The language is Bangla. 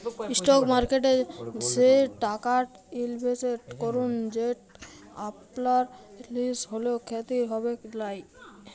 ইসটক মার্কেটে সে টাকাট ইলভেসেট করুল যেট আপলার লস হ্যলেও খ্যতি হবেক লায়